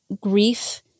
grief